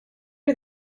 did